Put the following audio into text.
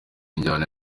injyana